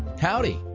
howdy